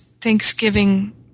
Thanksgiving